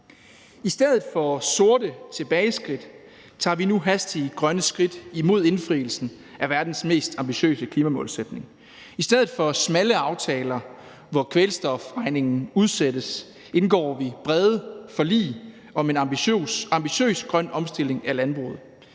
I stedet for sorte tilbageskridt tager vi nu hastige grønne skridt imod indfrielsen af verdens mest ambitiøse klimamålsætning. I stedet for smalle aftaler, hvor kvælstofregningen udsættes, indgår vi brede forlig om en ambitiøs grøn omstilling af landbruget.